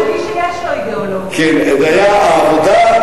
למי שיש לו אידיאולוגיה, יש כאלה שאין להם.